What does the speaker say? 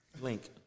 link